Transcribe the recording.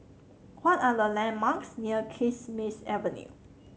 what are the landmarks near Kismis Avenue